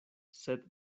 sed